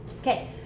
Okay